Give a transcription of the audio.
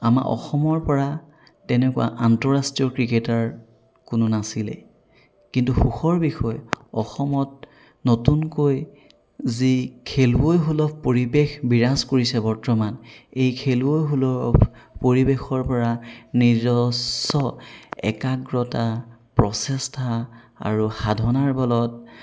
আমাৰ অসমৰ পৰা তেনেকুৱা আন্তঃৰাষ্ট্ৰীয় ক্ৰিকেটাৰ কোনো নাছিলেই কিন্তু সুখৰ বিষয় অসমত নতুনকৈ যি খেলুৱৈ সুলভ পৰিৱেশ বিৰাজ কৰিছে বৰ্তমান এই খেলুৱৈ সুলভ পৰিৱেশৰ পৰা নিজস্ব একাগ্ৰতা প্ৰচেষ্টা আৰু সাধনাৰ বলত